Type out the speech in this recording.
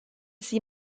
sie